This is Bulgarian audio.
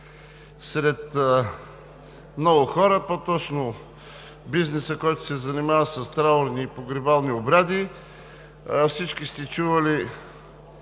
сред много хора – по-точно бизнеса, който се занимава с траурни и погребални обреди. Всички сте чували,